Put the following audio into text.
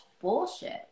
bullshit